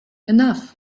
enough